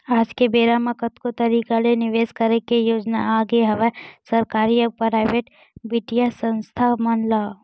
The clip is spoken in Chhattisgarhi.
आज के बेरा म कतको तरिका ले निवेस करे के योजना आगे हवय सरकारी अउ पराइेवट बित्तीय संस्था मन म